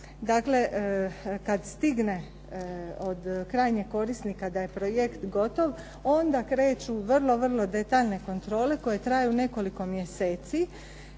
Dakle kad stigne od krajnjeg korisnika da je projekt gotov, onda kreću vrlo, vrlo detaljne kontrole koje traju nekoliko mjeseci.